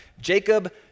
Jacob